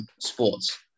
sports